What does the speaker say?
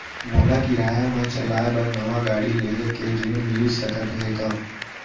मोला किराया मा चलाए बर नवा गाड़ी लेहे के ऋण मिलिस सकत हे का?